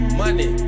money